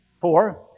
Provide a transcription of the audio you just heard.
four